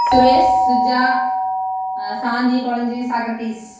Suresh Suja Shanthi Kolanji Socrates